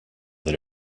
that